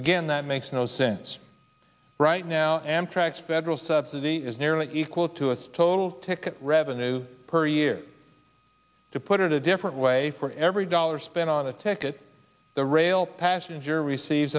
again that makes no sense right now amtrak federal subsidy is nearly equal to a total ticket revenue per year to put it a different way for every dollar spent on the ticket the rail passenger receives